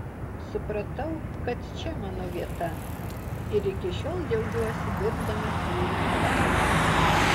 supratau kad čia mano vieta ir iki šiol džiaugiuosi dirbdamas mylimą darbą